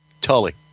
Tully